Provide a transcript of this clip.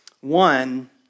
One